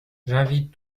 j’invite